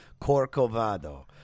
Corcovado